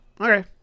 Okay